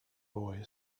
boy